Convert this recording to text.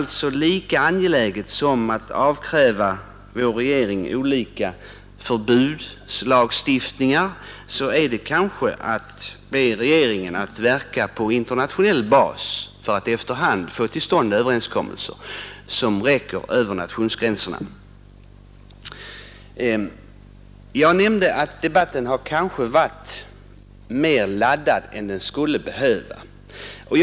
Lika angeläget som det är att avkräva staten förbudslagstiftning, lika angeläget är det kanske att be regeringen att verka på internationell basis för att efter hand få till stånd överenskommelser som verkar över nationsgränserna. Jag nämnde att debatten kanske har varit mer laddad än den skulle ha behövt vara.